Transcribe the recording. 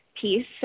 piece